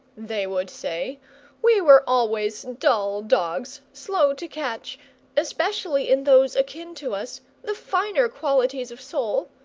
they would say we were always dull dogs, slow to catch especially in those akin to us the finer qualities of soul!